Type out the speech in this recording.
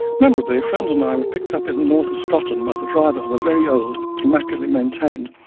memorably, a friend and i were picked up in the north of scotland by the driver of a very old, immaculately maintained,